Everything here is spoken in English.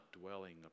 dwelling